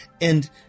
and-